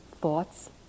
thoughts